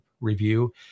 review